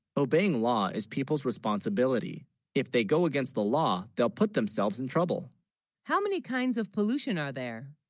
obeying law, is people's responsibility if they go against the law, they'll put themselves in trouble how, many kinds of pollution are there?